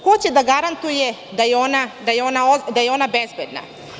Ko će da garantuje da je ona bezbedna?